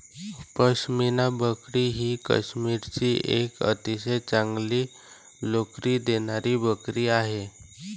पश्मिना बकरी ही काश्मीरची एक अतिशय चांगली लोकरी देणारी बकरी आहे